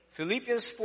Philippians